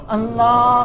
Allah